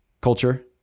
culture